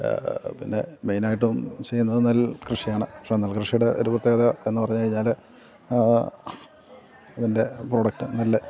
പിന്നെ മെയിനായിട്ടും ചെയ്യുന്നത് നെൽ കൃഷിയാണ് പക്ഷെ നെൽകൃഷിയുടെ ഒരു പ്രത്യേകത എന്നു പറഞ്ഞു കഴിഞ്ഞാൽ ഇതിൻ്റെ പ്രോഡക്റ്റ് നല്ല